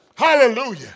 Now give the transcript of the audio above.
Hallelujah